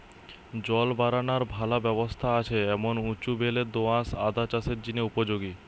জল বারানার ভালা ব্যবস্থা আছে এমন উঁচু বেলে দো আঁশ আদা চাষের জিনে উপযোগী